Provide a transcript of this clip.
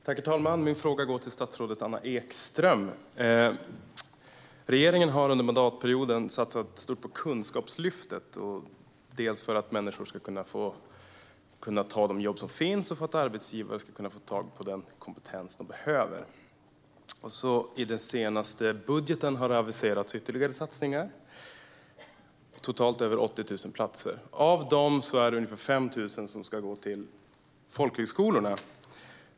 Herr talman! Min fråga går till statsrådet Anna Ekström. Regeringen har under mandatperioden satsat stort på Kunskapslyftet, dels för att människor ska kunna ta de jobb som finns, dels för att arbetsgivare ska få tag på den kompetens de behöver. I den senaste budgeten har det aviserats ytterligare satsningar på totalt över 80 000 platser. Av dem är det ungefär 5 000 som ska gå till folkhögskolorna.